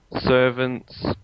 servants